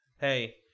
hey